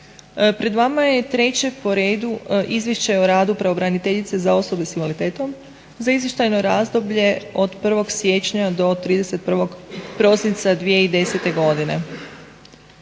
Pred vama je treće po redu Izvješće o radu pravobraniteljice za osobe sa invaliditetom za izvještajno razdoblje od 1. siječnja do 31. prosinca 2010. godine.